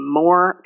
more